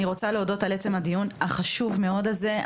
אני רוצה להודות על עצם הדיון החשוב מאוד הזה.